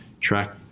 track